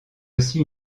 aussi